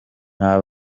nta